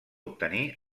obtenir